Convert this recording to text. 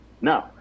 no